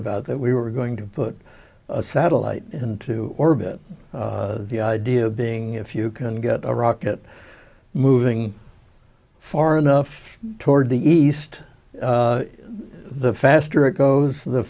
about that we were going to put a satellite into orbit the idea being if you can get a rock it moving far enough toward the east the faster it goes the